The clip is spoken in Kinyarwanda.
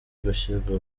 gushyirwa